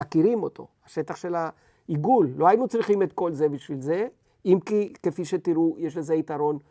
‫מכירים אותו, השטח של העיגול. ‫לא היינו צריכים את כל זה בשביל זה, ‫אם כי, כפי שתראו, ‫יש לזה יתרון.